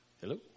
Hello